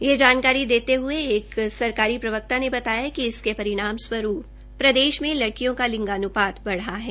यह जानकारी देते हये एक सरकारी प्रवक्ता ने बताया कि इसके परिणाम स्वरूप प्रदेश में लड़कियों का लिंगान्पात बढ़ा है